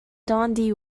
dundee